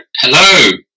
Hello